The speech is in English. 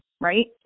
right